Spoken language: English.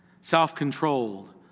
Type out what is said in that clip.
self-controlled